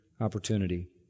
opportunity